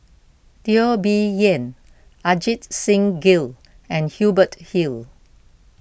Teo Bee Yen Ajit Singh Gill and Hubert Hill